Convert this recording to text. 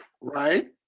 Right